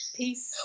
Peace